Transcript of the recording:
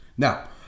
Now